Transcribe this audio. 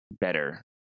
better